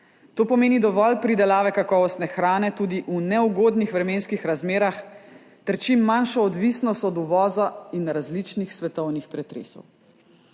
To pomeni dovolj pridelave kakovostne hrane tudi v neugodnih vremenskih razmerah ter čim manjšo odvisnost od uvoza in različnih svetovnih pretresov.